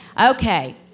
Okay